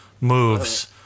moves